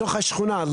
בתוך השכונה,